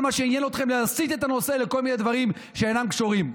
כל מה שעניין אתכם זה להסיט את הנושא לכל מיני דברים שאינם קשורים.